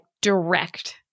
direct